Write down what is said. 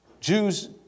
Jews